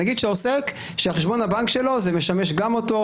נניח עוסק שחשבון הבנק שלו משרת גם אותו,